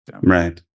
Right